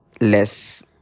less